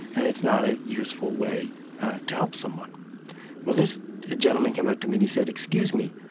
and it's not a useful way to help someone well, this gentleman came up to me and he said, excuse me,